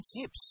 tips